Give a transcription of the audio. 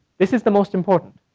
this is the most important.